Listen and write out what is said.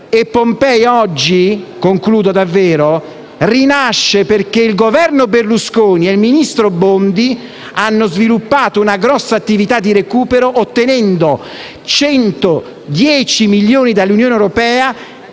Pompei oggi rinasce perché il Governo Berlusconi ed il ministro Bondi hanno sviluppato una grossa attività di recupero ottenendo 110 milioni dall'Unione europea,